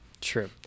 true